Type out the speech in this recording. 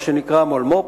מה שנקרא מולמו"פ.